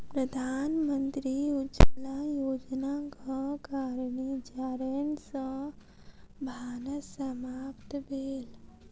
प्रधानमंत्री उज्ज्वला योजनाक कारणेँ जारैन सॅ भानस समाप्त भेल